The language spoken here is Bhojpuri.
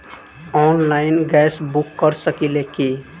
आनलाइन गैस बुक कर सकिले की?